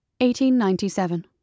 1897